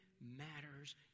matters